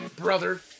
brother